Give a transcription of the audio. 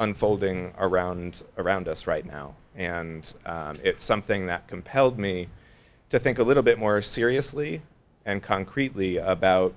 unfolding around around us right now and it's something that compelled me to think a little bit more seriously and concretely about